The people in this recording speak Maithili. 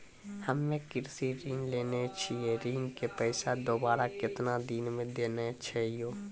हम्मे कृषि ऋण लेने छी ऋण के पैसा दोबारा कितना दिन मे देना छै यो?